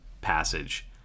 passage